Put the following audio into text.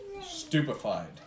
stupefied